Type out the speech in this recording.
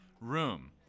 room